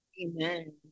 amen